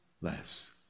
less